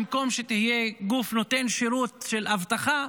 במקום שתהיה גוף שנותן שירות של אבטחה,